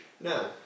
No